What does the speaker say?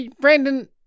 Brandon